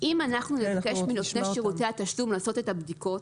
"אם אנחנו נבקש מנותני שירותי התשלום לעשות את הבדיקות,